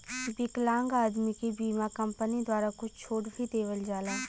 विकलांग आदमी के बीमा कम्पनी द्वारा कुछ छूट भी देवल जाला